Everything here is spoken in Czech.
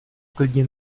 klidně